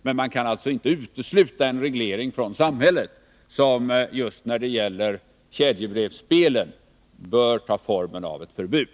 Men man kan alltså inte utesluta en reglering från samhällets sida, som just när det gäller kedjebrevsspelen bör ta formen av ett förbud.